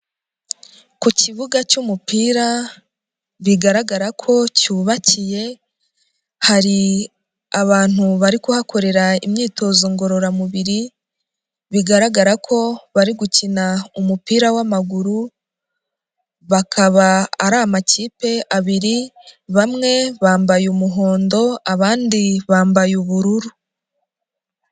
Ku kibuga cy'umupira, bigaragara ko cyubakiye, hari abantu hari kuhakorera imyitozo ngororamubiri, bigaragara ko bari gukina umupira w'amaguru, bakaba ari amakipe abiri, bamwe bambaye umuhondo, abandi bambaye ubururu.